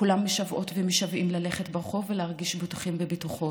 כולם משוועות ומשוועים ללכת ברחוב ולהרגיש בטוחים ובטוחות.